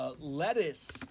lettuce